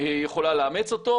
יכולה לאמץ אותו,